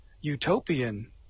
utopian